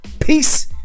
Peace